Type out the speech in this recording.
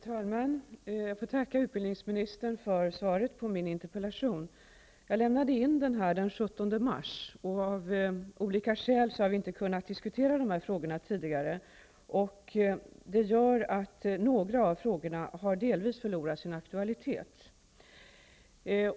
Herr talman! Jag får tacka utbildningsministern för svaret på min interpellation. Jag lämnade in interpellationen den 17 mars. Av olika skäl har vi inte kunnat diskutea dessa frågor tidigare. Det gör att några av frågorna delvis har förlorat sin aktualitet.